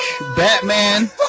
Batman